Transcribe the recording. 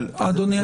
אבל --- אדוני,